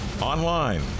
online